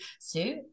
sue